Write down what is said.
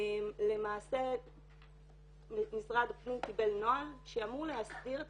למעשה משרד הפנים קיבל נוהל שאמור להסדיר את